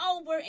over